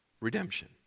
Redemption